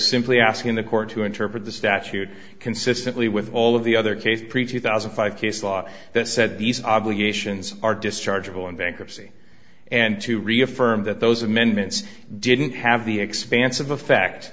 simply asking the court to interpret the statute consistently with all of the other case preety thousand and five case law that said these obligations are dischargeable in bankruptcy and to reaffirm that those amendments didn't have the expansive effect